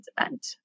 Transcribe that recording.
event